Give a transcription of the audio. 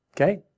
okay